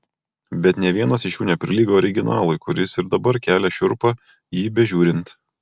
bet nė vienas iš jų neprilygo originalui kuris ir dabar kelia šiurpią jį bežiūrint